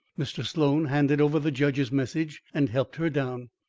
mr. sloan handed over the judge's message, and helped her down,